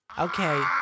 Okay